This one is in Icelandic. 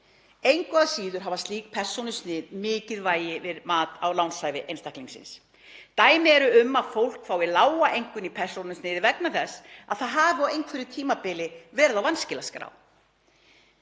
Engu að síður hafa slík persónusnið mikið vægi við mat á lánshæfi einstaklings. Dæmi eru um að fólk fái lága einkunn í persónusniði vegna þess að það hafi á einhverju tímabili verið á vanskilaskrá.